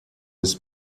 his